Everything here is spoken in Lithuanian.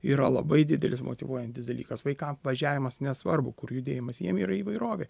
yra labai didelis motyvuojantis dalykas vaikam važiavimas nesvarbu kur judėjimas jiem yra įvairovė